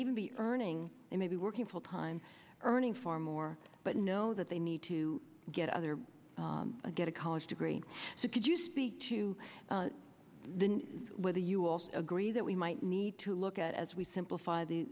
even be earning maybe working full time earning far more but know that they need to get i get a college degree so could you speak to the whether you also agree that we might need to look at as we simplify the